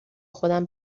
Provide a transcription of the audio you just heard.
خودم